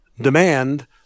demand